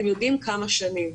אתם יודעים כמה שנים,